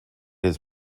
his